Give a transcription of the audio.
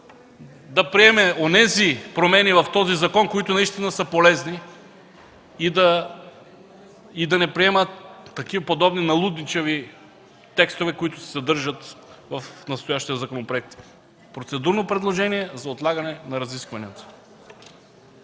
дебат онези промени в този закон, които наистина са полезни и да не приема такива подобни налудничави текстове, които се съдържат в настоящия законопроект. Процедурно предложение за отлагане на разискванията!